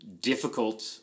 difficult